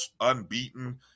unbeaten